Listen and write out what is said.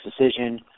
decision